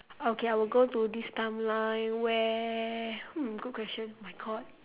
okay I will go to this timeline where hmm good question oh my god